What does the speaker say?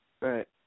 Right